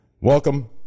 Welcome